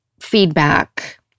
feedback